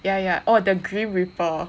yeah yeah oh the grim reaper